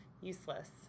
useless